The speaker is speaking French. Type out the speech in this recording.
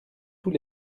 tous